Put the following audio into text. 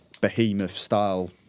behemoth-style